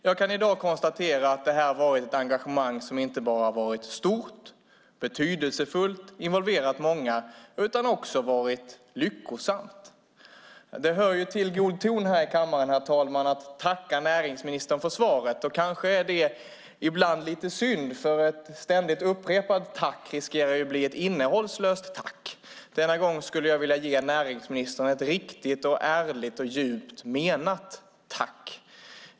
Jag kan i dag konstatera att detta har varit ett engagemang som inte bara varit stort, betydelsefullt och involverat många utan också varit lyckosamt. Det hör ju till god ton här i kammaren att tacka ministern för svaret. Kanske är det lite synd, för ett ständigt upprepat tack riskerar ju att bli innehållslöst. Denna gång skulle jag vilja ge näringsministern ett riktigt ärligt och djupt menat tack.